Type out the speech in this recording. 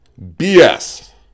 BS